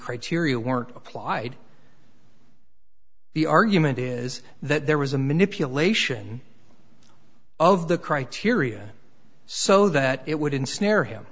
criteria weren't applied the argument is that there was a manipulation of the criteria so that it would ensnare him